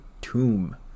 Tomb